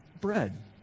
bread